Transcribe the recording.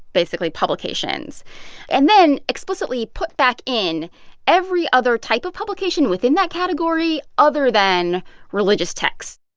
basically, publications and then explicitly put back in every other type of publication within that category, other than religious texts.